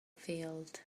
field